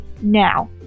now